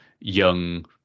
young